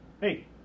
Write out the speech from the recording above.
Hey